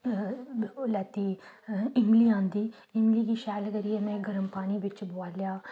ओह् लैत्ती इमली आंह्दी इमली शैल करियै में गर्म पानी बिच्च बोआलेआ